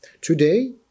today